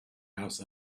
house